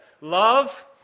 Love